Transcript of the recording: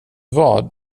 vad